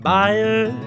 Buyer